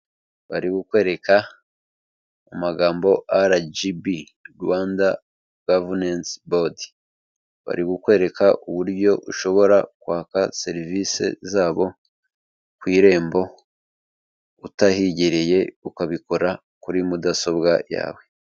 Bari kukwereka mu magambo RGB, Rwanda gavunensi bodi bari kukwereka uburyo ushobora kwaka serivisi zabo ku irembo utahigereye ukabikora kuri mudasobwa yawe.